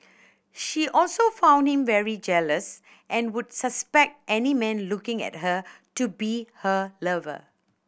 she also found him very jealous and would suspect any man looking at her to be her lover